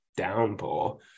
downpour